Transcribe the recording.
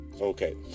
Okay